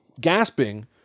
gasping